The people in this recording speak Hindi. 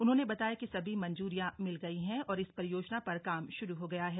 उन्होंने बताया कि सभी मंजूरियां मिल गयी हैं और इस परियोजना पर काम शुरू हो गया है